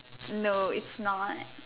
no it's not